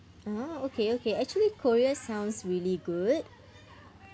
uh okay okay actually korea sounds really good